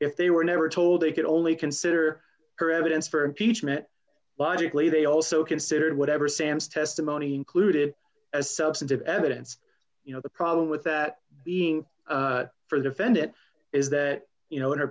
if they were never told they could only consider her evidence for impeachment logically they also consider whatever sam's testimony included as substantive evidence you know the problem with that being for the defendant is that you know in her